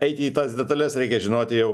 eiti į tas detales reikia žinoti jau